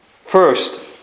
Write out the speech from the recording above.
First